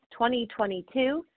2022